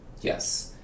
Yes